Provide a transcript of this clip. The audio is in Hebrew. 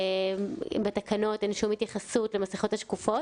בתקנות אין שום התייחסות למסכות השקופות,